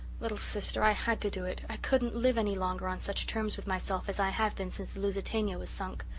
little sister, i had to do it. i couldn't live any longer on such terms with myself as i have been since the lusitania was sunk.